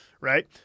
right